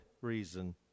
reason